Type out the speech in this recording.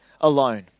alone